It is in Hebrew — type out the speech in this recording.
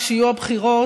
כשיהיו הבחירות,